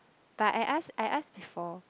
but I ask I ask before